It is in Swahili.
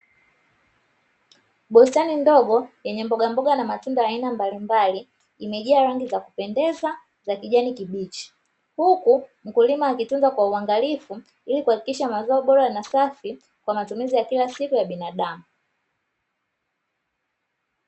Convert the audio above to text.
Bustani ndogo yenye mboga mboga na matunda ya aina mbalimbali imejaa rangi za kupendeza za kijani kibichi, huku mkulima akitunza kwa uangalifu ili kuhakikisha mazao bora na safi kwa matumizi ya kila siku ya binadamu.